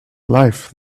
life